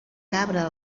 cabra